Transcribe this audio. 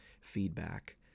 feedback